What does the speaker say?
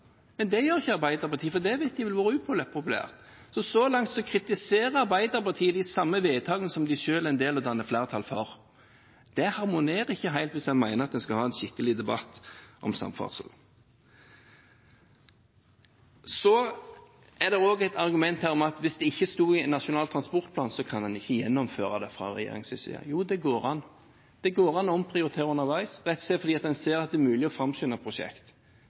Men det gjør ikke Arbeiderpartiet, for det vet de ville være upopulært. Så så langt kritiserer Arbeiderpartiet de samme vedtakene som de selv er en del av å danne flertall for, og det harmonerer ikke helt hvis en mener at en skal ha en skikkelig debatt om samferdsel. Det var også et argument her om at hvis det ikke sto i Nasjonal transportplan, så kan en ikke gjennomføre det fra regjeringens side. Jo, det går an. Det går an å omprioritere underveis, rett og slett fordi en ser at det er mulig å framskynde et prosjekt.